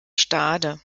stade